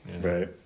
Right